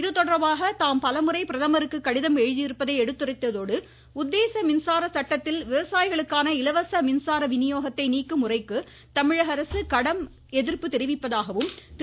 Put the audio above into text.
இதுதொடர்பாக தாம் பலமுறை பிரதமருக்கு கடிதம் எழுதியிருப்பதை எடுத்துரைத்ததோடு உத்தேச மின்சார சட்டத்தில் விவசாயிகளுக்கான இலவச மின்சார விநியோகத்தை நீக்கும் முறைக்கு தமிழக அரசு கடும் எதிர்ப்பு தெரிவிப்பதாகவும் திரு